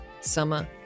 summer